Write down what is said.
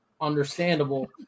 understandable